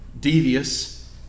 devious